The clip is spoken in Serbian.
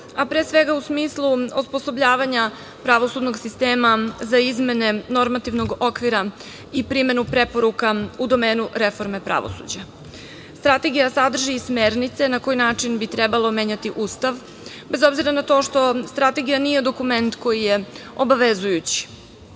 a pre svega u smislu osposobljavanja pravosudnog sistema za izmene normativnog okvira i primenu preporuka u domenu reforme pravosuđa. Strategija sadrži i smernice na koji način bi trebalo menjati Ustav, bez obzira na to što Strategija nije dokument koji je obavezujući. Najpre